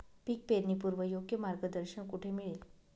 पीक पेरणीपूर्व योग्य मार्गदर्शन कुठे मिळेल?